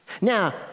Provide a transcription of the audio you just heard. Now